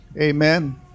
Amen